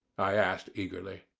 i asked eagerly.